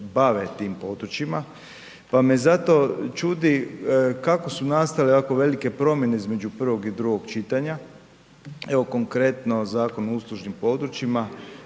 pa me zato čudi kako su nastale ovako velike promjene između prvog i drugog čitanja. Evo konkretno, zakon o uslužnim područjima.